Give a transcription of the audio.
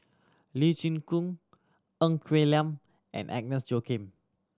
Lee Chin Koon Ng Quee Lam and Agnes Joaquim